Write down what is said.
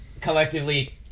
collectively